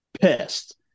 pissed